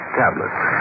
tablets